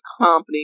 company